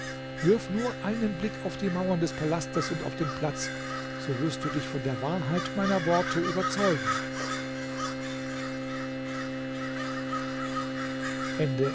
wirf nur einen blick auf die mauern des palastes und auf den platz so wirst du dich von der wahrheit meiner worte überzeugen